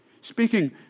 Speaking